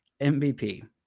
MVP